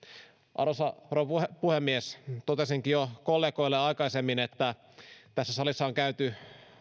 arvoisa rouva puhemies totesinkin jo kollegoille aikaisemmin että tässä salissa on käyty